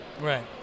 Right